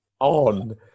On